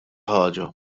ħaġa